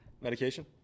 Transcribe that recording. Medication